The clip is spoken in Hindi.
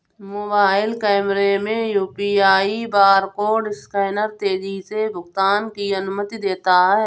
मोबाइल कैमरे में यू.पी.आई बारकोड स्कैनर तेजी से भुगतान की अनुमति देता है